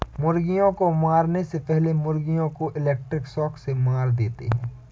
मुर्गियों को मारने से पहले मुर्गियों को इलेक्ट्रिक शॉक से मार देते हैं